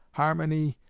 harmony,